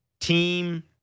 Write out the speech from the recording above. team